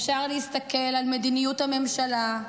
אפשר להסתכל על מדיניות הממשלה,